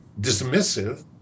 dismissive